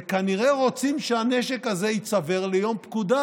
וכנראה רוצים שהנשק הזה ייצבר ליום פקודה,